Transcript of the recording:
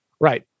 Right